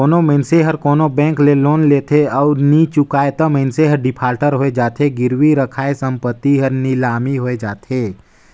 कोनो मइनसे हर कोनो बेंक ले लोन लेथे अउ नी चुकाय ता मइनसे हर डिफाल्टर होए जाथे, गिरवी रराखे संपत्ति हर लिलामी होए जाथे